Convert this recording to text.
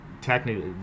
technically